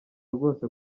rwose